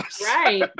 Right